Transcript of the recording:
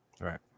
right